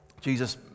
Jesus